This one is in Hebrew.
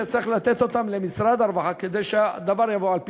שצריך לתת אותם למשרד הרווחה כדי שהדבר יבוא על פתרונו.